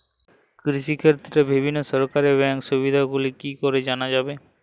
কৃষিক্ষেত্রে বিভিন্ন সরকারি ব্যকিং সুবিধাগুলি কি করে জানা যাবে?